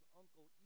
uncle